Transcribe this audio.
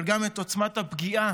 אבל גם את עוצמת הפגיעה